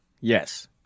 Yes